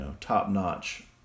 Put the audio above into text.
top-notch